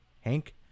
Hank